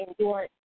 endurance